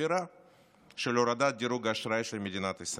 סבירה של הורדת דירוג האשראי של מדינת ישראל.